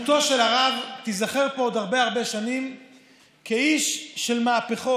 אני חושב שדמותו של הרב תיזכר פה עוד הרבה הרבה שנים כאיש של מהפכות,